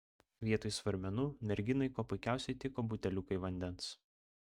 vietoj svarmenų merginai kuo puikiausiai tiko buteliukai vandens